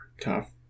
Tough